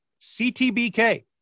CTBK